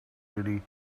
city